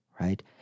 Right